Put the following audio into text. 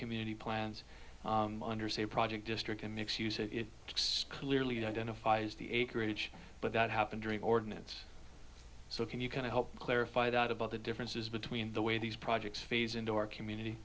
community plans under same project district a mix you say it clearly identifies the acreage but that happened during ordinance so can you kind of help clarify that about the differences between the way these projects phase and or community